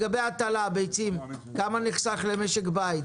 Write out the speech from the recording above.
לגבי הביצים, כמה נחסך למשק בית?